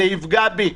זה יפגע בי,